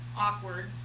awkward